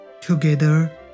Together